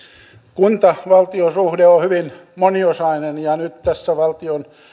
kunta valtio suhde on hyvin moniosainen ja nyt tässä valtion